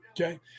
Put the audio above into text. Okay